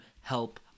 help